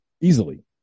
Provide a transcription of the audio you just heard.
easily